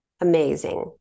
amazing